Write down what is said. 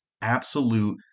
absolute